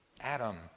Adam